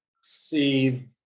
see